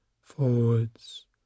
forwards